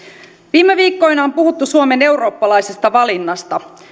viime viikkoina on puhuttu suomen eurooppalaisesta valinnasta